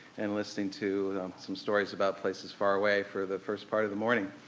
and listening to some stories about places far away for the first part of the morning